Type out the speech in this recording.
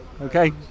Okay